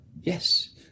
Yes